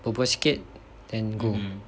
berbual sikit then go